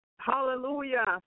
Hallelujah